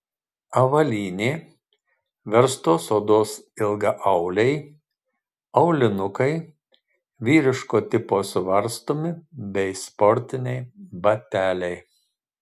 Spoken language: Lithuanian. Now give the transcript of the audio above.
avalynė verstos odos ilgaauliai aulinukai vyriško tipo suvarstomi bei sportiniai bateliai